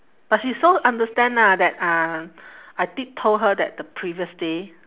but she so understand ah that uh I did told her that the previous day